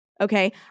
okay